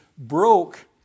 broke